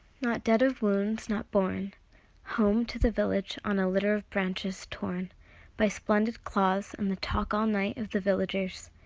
not dead of wounds, not borne home to the village on a litter of branches, torn by splendid claws and the talk all night of the villagers,